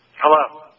Hello